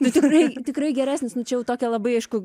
nu tikrai tu tikrai geresnis nu čia jau tokia labai aišku